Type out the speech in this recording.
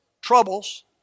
troubles